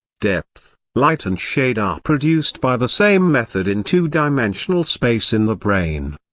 depth, light and shade are produced by the same method in two dimensional space in the brain.